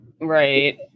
Right